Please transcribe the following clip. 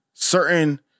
certain